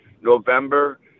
November